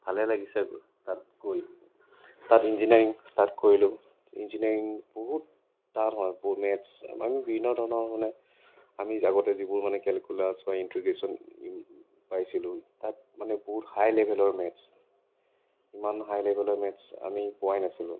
ভালে লাগিছে তাত গৈ তাত ইঞ্জিনীয়াৰিং ষ্টাৰ্ট কৰিলোঁ ইঞ্জিনীয়াৰিং বহুত টান হয় মেটছ আমি বিভিন্ন ধৰণৰ মানে আমি যাৱতীয় যিবোৰ মানে কেলকুলাছ বা ইণ্টিগেছন পাইছিলোঁ তাত মানে বহুত হাই লেভেলৰ মেটচ ইমান হাই লেভেলৰ মেটচ আমি পোৱাই নাছিলোঁ